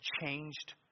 changed